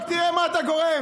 רק תראה למה אתה גורם.